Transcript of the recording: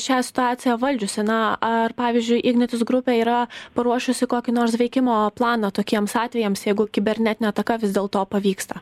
šią situaciją valdžiusi na ar pavyzdžiui ignitis grupė yra paruošusi kokį nors veikimo planą tokiems atvejams jeigu kibernetinė ataka vis dėl to pavyksta